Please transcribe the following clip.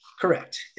Correct